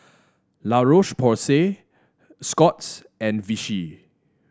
La Roche Porsay Scott's and Vichy